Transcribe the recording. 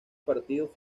partido